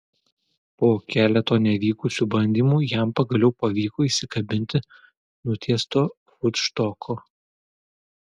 po keleto nevykusių bandymų jam pagaliau pavyko įsikabinti nutiesto futštoko